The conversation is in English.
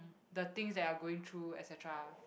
the things that you are going through et cetera